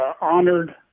honored